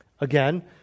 Again